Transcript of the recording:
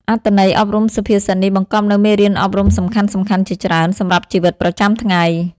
អត្ថន័យអប់រំសុភាសិតនេះបង្កប់នូវមេរៀនអប់រំសំខាន់ៗជាច្រើនសម្រាប់ជីវិតប្រចាំថ្ងៃ។